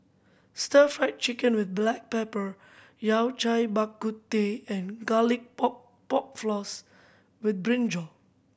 Stir Fried Chicken with black pepper Yao Cai Bak Kut Teh and Garlic Pork Pork Floss with brinjal